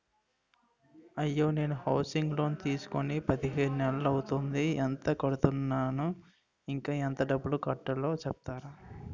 అయ్యా నేను housing loan తీసుకొని పదిహేను నెలలు అవుతోందిఎంత కడుతున్నాను, ఇంకా ఎంత డబ్బు కట్టలో చెప్తారా?